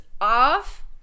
off